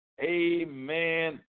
Amen